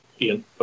Ian